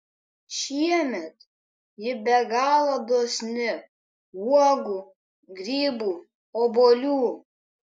šiemet ji be galo dosni uogų grybų obuolių